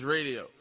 Radio